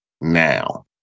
now